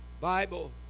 Bible